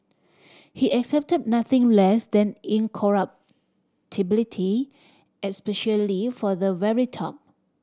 he accepted nothing less than incorruptibility especially for the very top